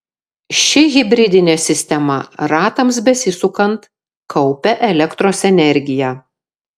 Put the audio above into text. ši hibridinė sistema ratams besisukant kaupia elektros energiją